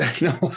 no